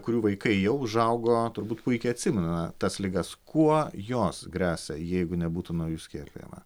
kurių vaikai jau užaugo turbūt puikiai atsimena tas ligas kuo jos gresia jeigu nebūtų nuo jų skiepijama